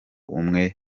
umwe